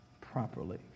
properly